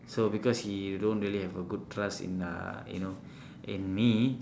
so because he don't really have a good trust in uh you know in me